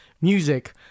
music